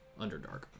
underdark